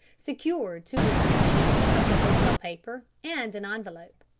secured two or three sheets of the hotel paper and an envelope.